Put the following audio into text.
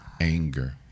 Anger